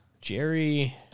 Jerry